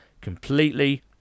completely